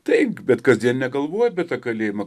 taip bet kasdien negalvoji apie tą kalėjimą